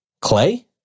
Clay